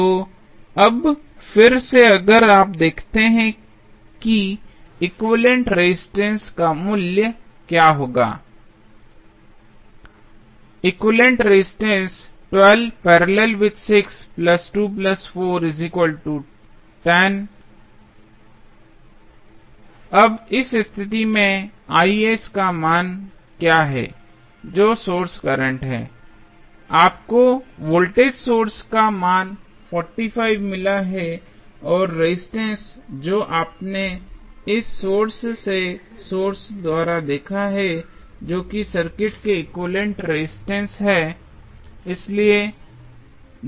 तो अब फिर से अगर आप देखें कि एक्विवैलेन्ट रेजिस्टेंस का मूल्य क्या होगा अब इस स्थिति में का क्या मान है जो सोर्स करंट है आपको वोल्टेज सोर्स का मान 45 मिला है और रेजिस्टेंस जो आपने इस साइट से सोर्स द्वारा देखा है जो सर्किट के एक्विवैलेन्ट रेजिस्टेंस है